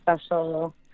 special